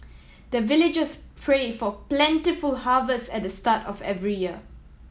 the villagers pray for plentiful harvest at the start of every year